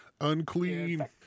unclean